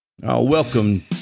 Welcome